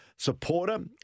supporter